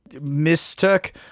mistook